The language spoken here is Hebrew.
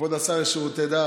כבוד השר לשירותי דת